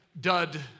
dud